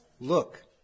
look